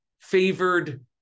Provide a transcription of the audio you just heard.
favored